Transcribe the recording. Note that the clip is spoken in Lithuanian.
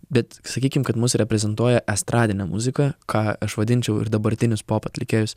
bet sakykim kad mus reprezentuoja estradinė muzika ką aš vadinčiau ir dabartinius pop atlikėjus